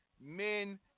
men